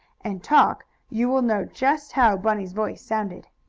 and talk, you will know just how bunny's voice sounded.